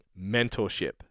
Mentorship